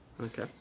Okay